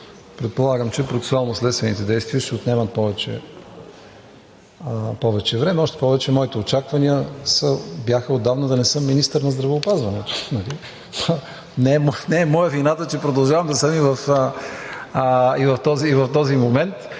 Предполагам, че процесуално-следствените действия ще отнемат повече време. Още повече моите очаквания бяха отдавна да не съм министър на здравеопазването, нали? Не е моя вината, че продължавам да съм и в този момента,